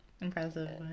impressive